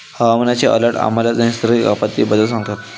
हवामानाचे अलर्ट आम्हाला नैसर्गिक आपत्तींबद्दल सांगतात